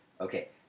Okay